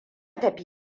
tafi